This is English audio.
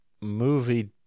movie